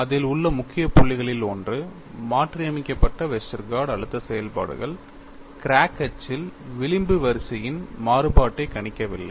அதில் உள்ள முக்கிய புள்ளிகளில் ஒன்று மாற்றியமைக்கப்பட்ட வெஸ்டர்கார்ட் அழுத்த செயல்பாடுகள் கிராக் அச்சில் விளிம்பு வரிசையின் மாறுபாட்டைக் கணிக்கவில்லை